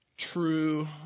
True